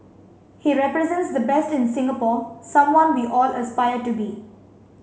he represents the best in Singapore someone we all aspire to be